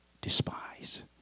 despise